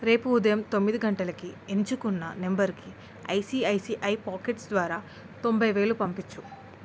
రేపు ఉదయం తొమ్మిది గంటలకి ఎంచుకున్న నంబర్కి ఐసీఐసీఐ పాకెట్స్ ద్వారా తొంభై వేలు పంపించు